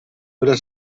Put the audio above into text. quella